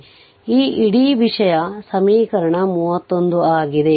ಆದ್ದರಿಂದ ಈ ಇಡೀ ವಿಷಯ ಸಮೀಕರಣ 31 ಆಗಿದೆ